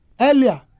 Earlier